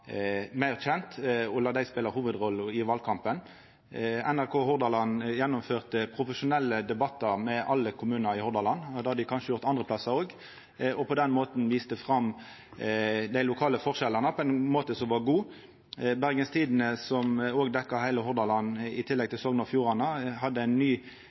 meir kjente og la dei spela hovudrolla i valkampen. NRK Hordaland gjennomførte profesjonelle debattar med alle kommunar i Hordaland, og det har dei kanskje gjort andre plassar òg. På den måten viste dei fram dei lokale forskjellane på ein god måte. Bergens Tidende, som dekte heile Hordaland i tillegg til Sogn og Fjordane, hadde ein ny